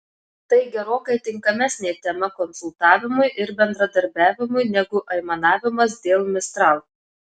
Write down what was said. tai gerokai tinkamesnė tema konsultavimui ir bendradarbiavimui negu aimanavimas dėl mistral